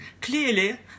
Clearly